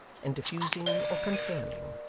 and diffusing or confirming,